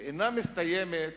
ואינה מסתיימת